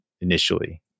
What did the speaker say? initially